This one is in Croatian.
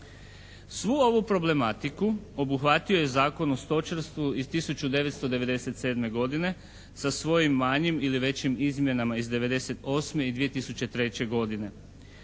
Svu ovu problematiku obuhvatio je Zakon o stočarstvu iz 1997. godine sa svojim manjim ili većim izmjenama iz 98. i 2003. godine.